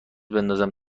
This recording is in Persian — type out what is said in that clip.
بندازم